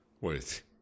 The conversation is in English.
Wait